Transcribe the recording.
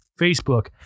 Facebook